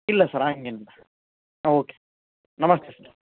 ಇಲ್ಲ ಸರ್ ಹಂಗೇನಿಲ್ಲ ಹಾಂ ಓಕೆ ನಮಸ್ತೆ ಸರ್